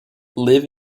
live